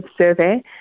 survey